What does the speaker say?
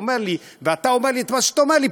אומר לי ואתה אומר לי את מה שאתה אומר לי,